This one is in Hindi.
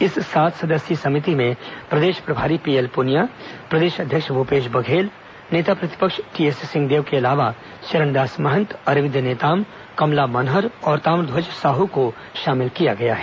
इस सात सदस्यीय समिति में प्रदेश प्रभारी पीएलपुनिया प्रदेश अध्यक्ष भूपेश बघेल नेता प्रतिपक्ष टी एस सिंहदेव के अलावा चरण दास महंत अरविंद नेताम कमला मनहर और ताम्रध्वज साहू को शामिल किया गया है